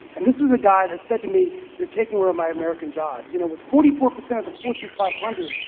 and this was a guy that said to me, you're takin' away my american jobs. you know, with forty four percent of the fortune five hundred,